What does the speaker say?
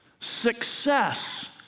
success